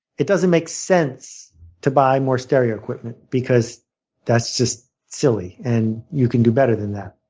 it doesn't make sense to buy more stereo equipment because that's just silly and you can do better than that.